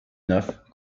œuf